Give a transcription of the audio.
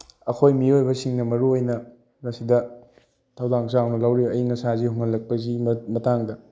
ꯑꯩꯈꯣꯏ ꯃꯤꯑꯣꯏꯕꯁꯤꯡꯅ ꯃꯔꯨ ꯑꯣꯏꯅ ꯃꯁꯤꯗ ꯊꯧꯗꯥꯡ ꯆꯥꯎꯅ ꯂꯧꯔꯤ ꯑꯏꯪ ꯑꯁꯥꯁꯤ ꯍꯣꯡꯍꯜꯂꯛꯄꯁꯤꯒꯤ ꯃꯇꯥꯡꯗ